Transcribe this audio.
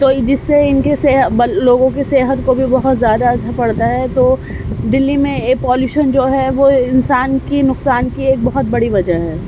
تو جس سے ان کی لوگوں کو کی صحت کو بھی بہت زیادہ اثر پڑتا ہے تو دلی میں ایئر پالیوشن جو ہے وہ انسان کی نقصان کی ایک بہت بڑی وجہ ہے